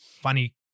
funny